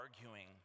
arguing